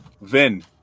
Vin